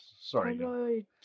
Sorry